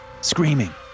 screaming